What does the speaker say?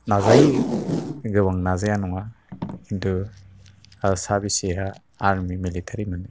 नाजायो गोबां नाजाया नङा किन्टु आरो साबिसिहा आर्मि मिलिटारि मोननो